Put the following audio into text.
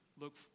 Look